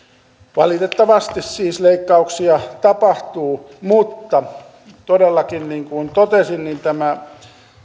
valitettavasti siis leikkauksia tapahtuu mutta todellakin niin kuin totesin tämä